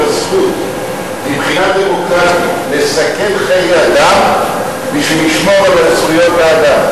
הזכות מבחינה דמוקרטית לסכן חיי אדם בשביל לשמור על זכויות האדם?